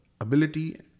ability